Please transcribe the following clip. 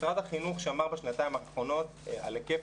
משרד החינוך שמר בשנתיים האחרונות על היקף